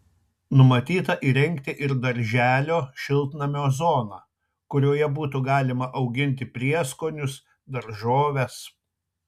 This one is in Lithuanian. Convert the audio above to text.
numatyta įrengti ir darželio šiltnamio zoną kurioje būtų galima auginti prieskonius daržoves